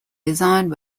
designed